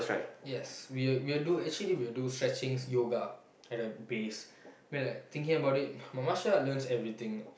yes we will we will do actually we will do stretching yoga at the base I mean like thinking about it martial art learns everything